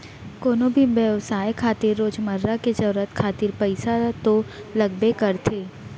कोनो भी बेवसाय खातिर रोजमर्रा के जरुरत खातिर पइसा तो लगबे करथे